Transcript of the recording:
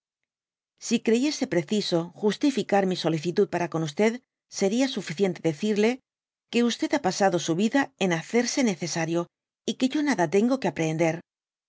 si creyese preciso justificar mi solicitud para con seria suficiente decirle qaee ha pasado su dby google vida en hacerse necesario y qae yo nada tengo que